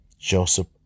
Joseph